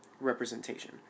representation